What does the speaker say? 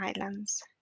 Islands